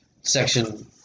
Section